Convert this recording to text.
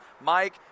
Mike